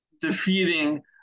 defeating